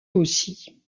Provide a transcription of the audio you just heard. aussi